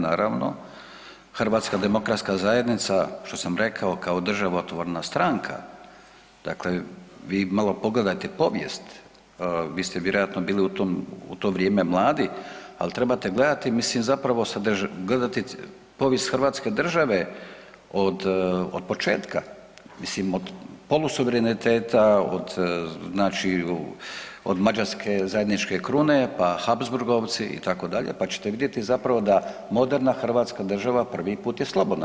Naravno HDZ što sam rekao kao državotvorna stranka, dakle vi malo pogledajte povijest, vi ste vjerojatno bili u to vrijeme mladi, al trebate gledati, mislim zapravo gledati povijest hrvatske države od, od početka, mislim od polusuvereniteta, od znači od mađarske zajedničke krune, pa Habsburgovci itd., pa ćete vidjeti zapravo da moderna hrvatska država prvi put je slobodna.